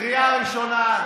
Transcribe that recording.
קריאה ראשונה.